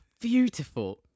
beautiful